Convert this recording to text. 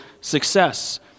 success